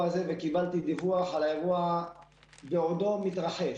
הזה וקיבלתי דיווח על האירוע בעוד מתרחש.